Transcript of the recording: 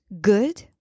good